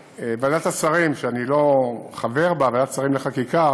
ועדת השרים, שאני לא חבר בה, ועדת השרים לחקיקה,